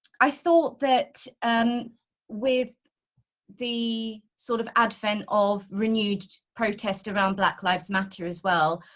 i thought that and with the sort of advent of renewed protests around black lives matter as well,